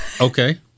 Okay